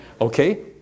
Okay